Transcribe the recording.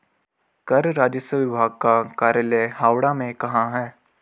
कर राजस्व विभाग का कार्यालय हावड़ा में कहाँ है?